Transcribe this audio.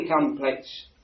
complex